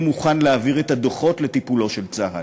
מוכן להעביר את הדוחות לטיפולו של צה"ל.